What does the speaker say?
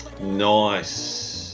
Nice